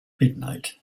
midnight